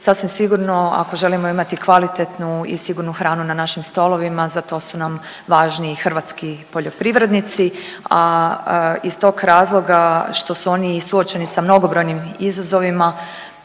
Sasvim sigurno ako želimo imati kvalitetnu i sigurnu hranu na našim stolovima za to su nam važni i hrvatski poljoprivrednici a iz tog razloga što su oni suočeni sa mnogobrojnim izazovima